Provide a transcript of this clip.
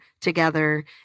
together